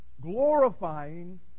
glorifying